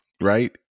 right